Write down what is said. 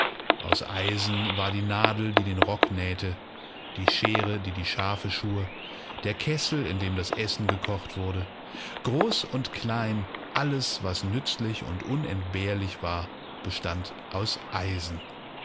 aus eisen war die nadel die den rock nähte die schere die die schafe schur der kessel in dem das essen gekocht wurde groß und klein alles wasnützlichundunentbehrlichwar bestandauseisen derbärenvater hatte ja recht daß das eisen